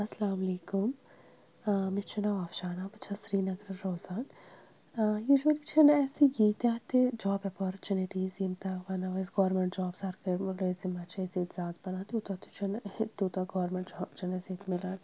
اَسلامُ علیکُم مےٚ چھُ ناو اَفشانہ بہٕ چھَس سرینگرٕ روزان یوٗجولی چھِنہٕ اَسہِ ییٖتٛیاہ تہِ جاب اَپورچوٗنِٹیٖز یِم تاہ وَنو أسۍ گورمنٛٹ جاب سَرکٲۍ مُلٲزِمہ چھِ أسۍ ییٚتہِ زیادٕ پَران تیوٗتاہ تہِ چھُنہٕ تیوٗتاہ گورمٮنٛٹ جاب چھِنہٕ اَسہِ ییٚتہِ مِلان